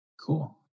Cool